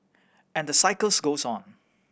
and the cycles goes on